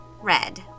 red